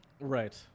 Right